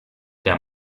der